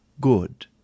good